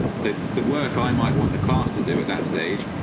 so the work i might want the class to do at that stage,